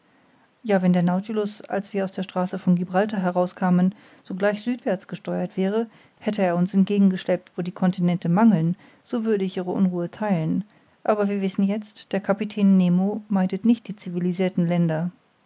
ja wenn der nautilus als wir aus der straße von gibraltar herauskamen sogleich südwärts gesteuert wäre hätte er uns in gegenden geschleppt wo die continente mangeln so würde ich ihre unruhe theilen aber wir wissen jetzt der kapitän nemo meidet nicht die civilisirten länder